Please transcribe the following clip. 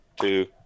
two